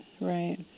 right